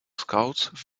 scouts